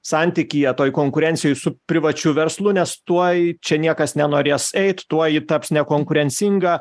santykyje toj konkurencijoj su privačiu verslu nes tuoj čia niekas nenorės eit tuo ji taps nekonkurencinga